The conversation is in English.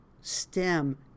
stem